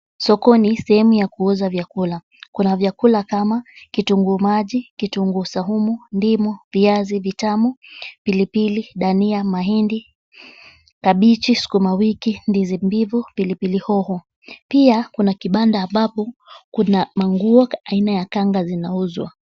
Sokoni sehemu ya kuuza vyakula. Kuna vyakula kama kitunguu maji, kitunguu saumu, ndimu, viazi vitamu, pilipili, dania, mahindi, kabichi, sukuma wiki, ndizi mbivu, pilipili hoho. Pia kuna kibanda ambapo kuna manguo aina ya kanga zinauzwa.